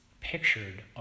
pictured